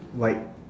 white